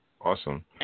awesome